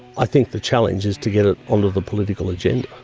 i think the challenge is to get it onto the political agenda.